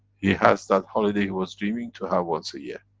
he has that holiday he was dreaming to have once a year.